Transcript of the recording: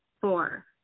Four